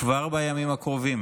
כבר בימים הקרובים